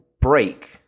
break